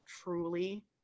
truly